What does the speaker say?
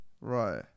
Right